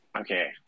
Okay